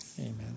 Amen